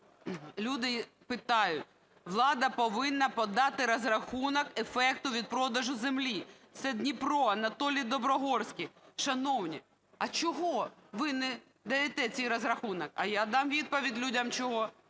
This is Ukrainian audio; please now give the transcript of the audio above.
Люди питають: влада повинна подати розрахунок ефекту відпродажу землі. Це Дніпро, Анатолій Доброгорський. Шановні, а чому ви не даєте цей розрахунок? А я дам відповідь людям, чому.